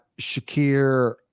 Shakir